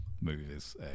movies